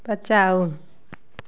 बचाओ